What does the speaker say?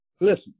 Listen